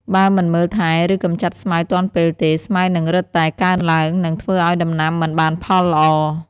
បើមិនមើលថែ ឬកម្ចាត់ស្មៅទាន់ពេលទេ ស្មៅនឹងរឹតតែកើនឡើង និងធ្វើឱ្យដំណាំមិនបានផលល្អ។